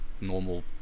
normal